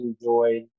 enjoy